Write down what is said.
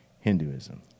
Hinduism